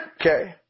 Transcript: Okay